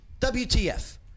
WTF